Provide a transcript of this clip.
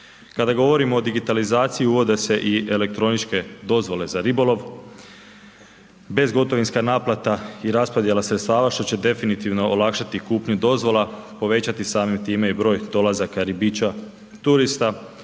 Kada govorimo o digitalizaciji uvodi se i elektroničke dozvole za ribolov, bezgotovinska naplata i raspodjela sredstava što će definitivno olakšati kupnju dozvola, povećati samim time i broj dolazaka ribića turista,